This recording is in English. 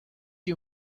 you